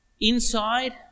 inside